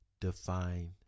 define